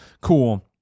cool